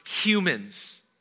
humans